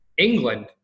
england